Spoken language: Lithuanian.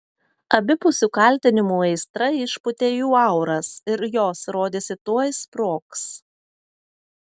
abipusių kaltinimų aistra išpūtė jų auras ir jos rodėsi tuoj sprogs